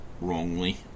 wrongly